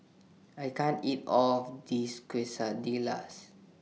I can't eat All of This Quesadillas